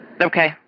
Okay